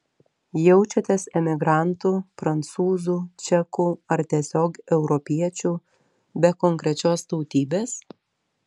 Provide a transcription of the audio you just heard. jaučiatės emigrantu prancūzu čeku ar tiesiog europiečiu be konkrečios tautybės